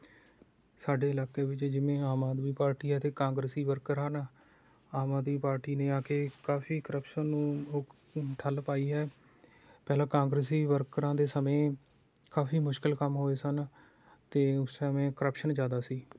ਸਾਡੇ ਇਲਾਕੇ ਵਿੱਚ ਜਿਵੇਂ ਆਮ ਆਦਮੀ ਪਾਰਟੀ ਅਤੇ ਕਾਂਗਰਸੀ ਵਰਕਰ ਹਨ ਆਮ ਆਦਮੀ ਪਾਰਟੀ ਨੇ ਆ ਕੇ ਕਾਫੀ ਕਰੱਪਸ਼ਨ ਨੂੰ ਹੁੱਕ ਠੱਲ ਪਾਈ ਹੈ ਪਹਿਲਾਂ ਕਾਂਗਰਸੀ ਵਰਕਰਾਂ ਦੇ ਸਮੇਂ ਕਾਫੀ ਮੁਸ਼ਕਲ ਕੰਮ ਹੋਏ ਸਨ ਅਤੇ ਉਸ ਸਮੇਂ ਕਰੱਪਸ਼ਨ ਜ਼ਿਆਦਾ ਸੀ